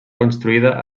construïda